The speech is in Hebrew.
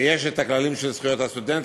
ויש הכללים של זכויות הסטודנט,